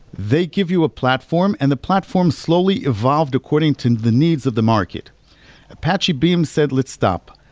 they give you a platform and the platform slowly evolved according to the needs of the market apache beam said, let's stop.